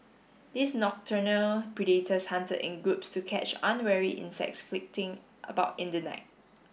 these nocturnal predators hunted in groups to catch unwary insects flitting about in the night